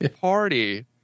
Party